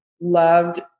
Loved